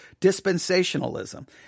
Dispensationalism